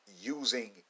using